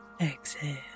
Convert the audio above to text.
exhale